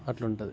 అట్లా ఉంటుంది